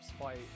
fight